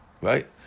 right